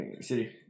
City